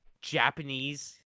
Japanese